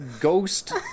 ghost